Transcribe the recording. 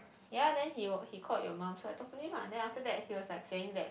ya then he was he call your mum so I talk to him lah then after that he was like saying that